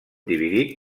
dividit